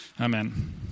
Amen